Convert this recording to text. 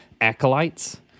acolytes